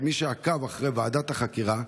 מי שעקב אחרי ועדת החקירה,